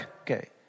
Okay